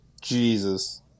Jesus